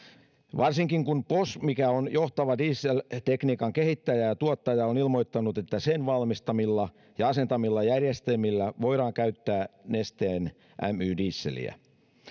varsinkin kun bosch mikä on johtava dieseltekniikan kehittäjä ja ja tuottaja on ilmoittanut että sen valmistamilla ja asentamilla järjestelmillä voidaan käyttää nesteen my dieseliä